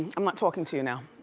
i'm not talking to you now